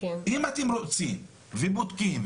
אם אתם רוצים ובודקים,